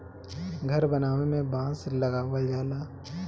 घर बनावे में बांस लगावल जाला